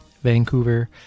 Vancouver